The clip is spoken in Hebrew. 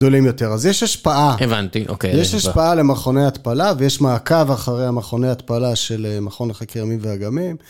גדולים יותר, אז יש השפעה. הבנתי, אוקיי. יש השפעה למכוני התפלה ויש מעקב אחרי המכוני התפלה של המכון לחקר ימים ואגמים.